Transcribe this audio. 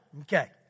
Okay